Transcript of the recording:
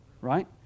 right